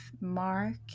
mark